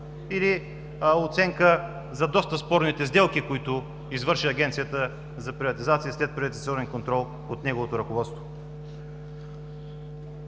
или е оценка за доста спорните сделки, които извърши Агенцията за приватизация и следприватизационен контрол под неговото ръководство?